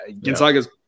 Gonzaga's